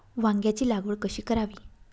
वांग्यांची लागवड कशी करावी?